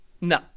No